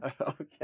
Okay